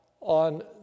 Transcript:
on